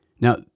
Now